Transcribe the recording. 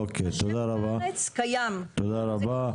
אוקיי, תודה רבה, תודה רבה.